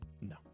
No